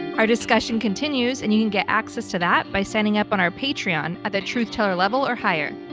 our discussion continues and you can get access to that by signing up on our patreon at the truth teller level or higher.